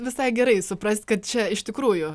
visai gerai suprast kad čia iš tikrųjų